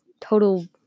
total